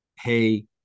Hey